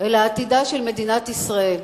אלא עתידה של מדינת ישראל.